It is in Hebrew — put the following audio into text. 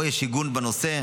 או כבר יש עיגון בנושא.